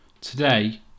Today